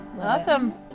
awesome